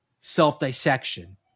self-dissection